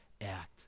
act